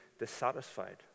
dissatisfied